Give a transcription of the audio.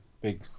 big